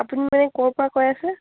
আপুনি মানে ক'ৰ পৰা কৈ আছে